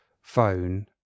phone